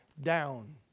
down